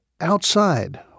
Outside